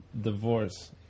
divorce